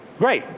right,